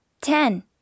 Ten